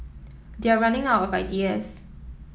they're running out of ideas